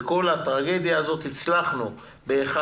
בכל הטרגדיה הזאת הצלחנו ב-1,